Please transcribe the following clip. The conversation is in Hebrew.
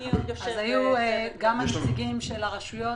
היו גם הנציגים של הרשויות.